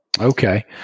Okay